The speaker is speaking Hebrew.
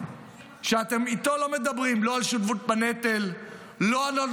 מדברים על כך שאנחנו לא נותנים גיבוי לחיילי צה"ל,